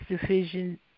Division